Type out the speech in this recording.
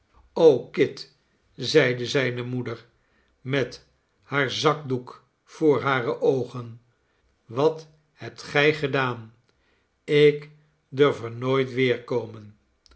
kit zeide zijne moeder met haar zakdoek voor hare oogen wat hebt gij gedaan ik durf er nooit